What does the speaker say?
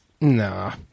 nah